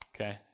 okay